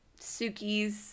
Suki's